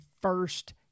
first